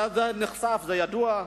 זה נחשף, זה ידוע.